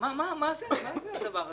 מה זה הדבר הזה?